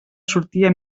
sortia